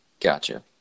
Gotcha